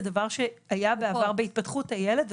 זה דבר שהיה בעבר בהתפתחות הילד.